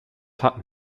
hatten